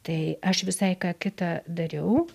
tai aš visai ką kitą dariau